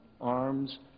arms